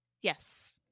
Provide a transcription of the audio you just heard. Yes